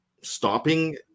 stopping